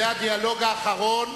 זה הדיאלוג האחרון.